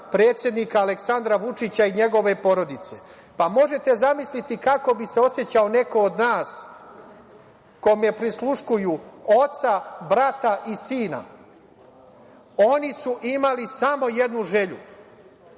predsednika Aleksandra Vučića i njegove porodice. Možete zamisliti kako bi se osećao neko od nas kome prisluškuju oca, brata i sina? Oni su imali samo jednu želju,